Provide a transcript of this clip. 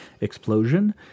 explosion